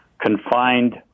confined